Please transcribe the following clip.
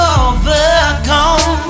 overcome